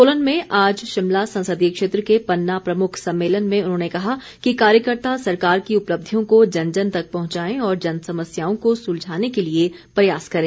सोलन में आज शिमला संसदीय क्षेत्र के पन्ना प्रमुख सम्मेलन में उन्होंने कहा कि कार्यकर्ता सरकार की उपलब्धियों को जन जन तक पहुंचाएं और जन समस्याओं को सुलझाने के लिए प्रयास करे